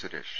Suresh